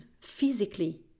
physically